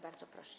Bardzo proszę.